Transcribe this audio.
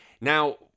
Now